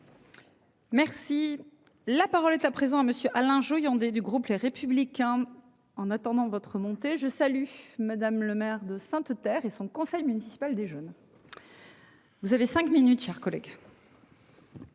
Merci la parole est à présent à Monsieur Alain Joyandet du groupe les républicains en attendant votre monter je salue madame Lemaire de Sainte Terre et son conseil municipal des jeunes. Vous avez 5 minutes, chers collègues.